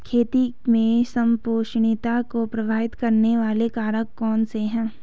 खेती में संपोषणीयता को प्रभावित करने वाले कारक कौन से हैं?